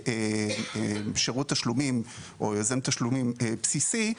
שירות תשלומים או יוזם תשלומים בסיסי,